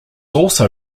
also